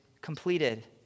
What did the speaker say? completed